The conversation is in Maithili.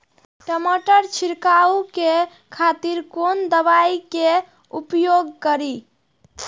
टमाटर छीरकाउ के खातिर कोन दवाई के उपयोग करी?